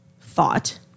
thought